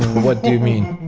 what do you mean?